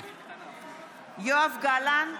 יואב גלנט,